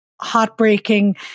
heartbreaking